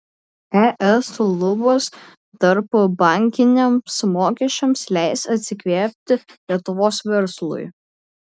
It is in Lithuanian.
es lubos tarpbankiniams mokesčiams leis atsikvėpti lietuvos verslui